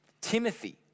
Timothy